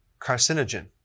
carcinogen